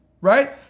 right